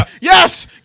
Yes